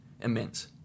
immense